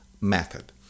method